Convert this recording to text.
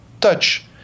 touch